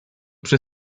przy